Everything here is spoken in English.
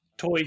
toy